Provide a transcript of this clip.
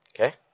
Okay